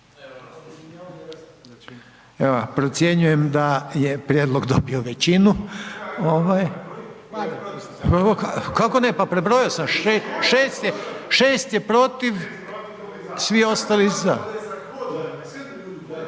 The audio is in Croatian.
Procjenjujem da je prijedlog dobio većinu. Kako ne, pa prebrojao sam, 6 je protiv, svi ostali za.